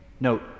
Note